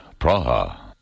Praha